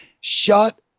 Shut